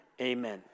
Amen